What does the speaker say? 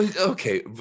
okay